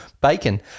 bacon